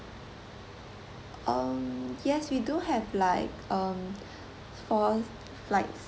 um yes we do have like um four flights